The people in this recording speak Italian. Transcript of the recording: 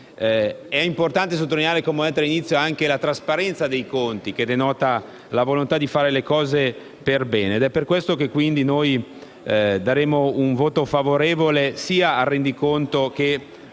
È importante sottolineare - come ho detto all'inizio - la trasparenza dei conti, che denota la volontà di fare le cose per bene. È per questo che noi esprimeremo un voto favorevole sia sul rendiconto che